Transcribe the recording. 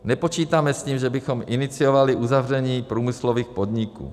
Nepočítáme s tím, že bychom iniciovali uzavření průmyslových podniků.